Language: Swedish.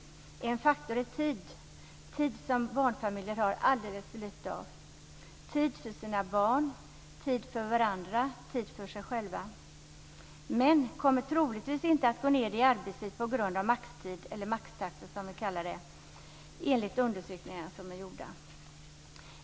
En faktor är tid, något som barnfamiljer har alldeles för lite av - tid för sina barn, tid för varandra och tid för sig själv. Män kommer troligtvis inte att gå ned i arbetstid på grund av maxtid - eller maxtaxa, som vi kallar det; detta enligt gjorda undersökningar.